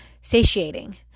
satiating